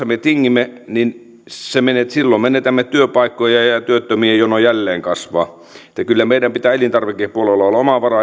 me tingimme niin silloin menetämme työpaikkoja ja ja työttömien jono jälleen kasvaa kyllä meidän pitää elintarvikepuolella